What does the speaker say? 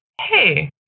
hey